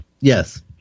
Yes